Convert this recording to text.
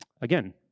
Again